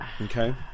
Okay